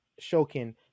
Shokin